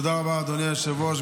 תודה רבה, אדוני היושב-ראש.